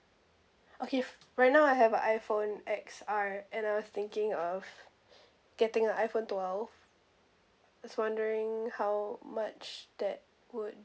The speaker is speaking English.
okay right now I have a iphone X R and I was thinking of getting a iphone twelve just wondering how much that would